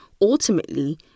ultimately